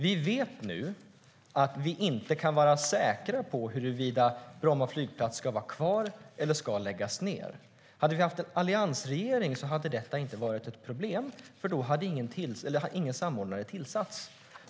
Vi vet nu att vi inte kan vara säkra på huruvida Bromma flygplats ska vara kvar eller läggas ned. Hade vi haft en alliansregering hade detta inte varit ett problem, för då hade ingen samordnare tillsatts.